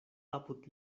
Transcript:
apud